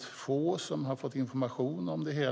Få har fått information.